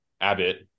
Abbott